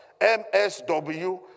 MSW